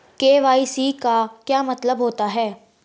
KYC का क्या मतलब होता है?